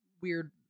weird